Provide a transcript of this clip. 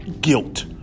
guilt